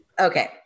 Okay